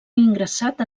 ingressat